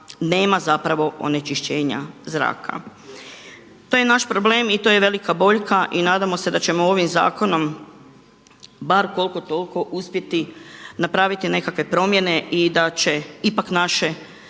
nema zapravo onečišćenja zraka. To je naš problem i to je velika boljka i nadamo se da ćemo ovim zakonom bar koliko toliko uspjeti napraviti nekakve promjene i da će ipak naše